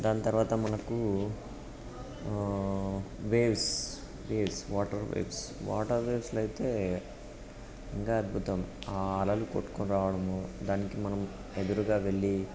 దాని తరువాత మనకు waves waves water waves water వేవ్స్లో అయితే ఇంకా అద్భుతం ఆ అలలు కొట్టుకొని రావడము దానికి మనం ఎదురుగా వెళ్ళి